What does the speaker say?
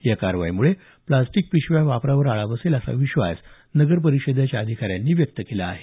या कारवाईमुळे प्लास्टिक पिशव्या वापरावर आळा बसेल असा विश्वास नगरपरिषदेच्या अधिकाऱ्यांनी व्यक्त केला आहे